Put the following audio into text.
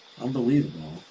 Unbelievable